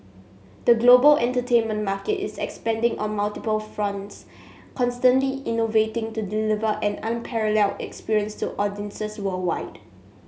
the global entertainment market is expanding on multiple fronts constantly innovating to deliver an unparalleled experience to audiences worldwide